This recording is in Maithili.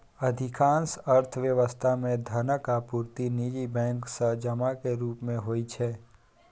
अधिकांश अर्थव्यवस्था मे धनक आपूर्ति निजी बैंक सं जमा के रूप मे होइ छै